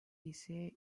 ise